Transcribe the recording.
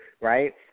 right